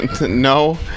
No